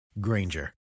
Granger